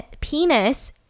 penis